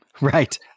Right